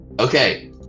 Okay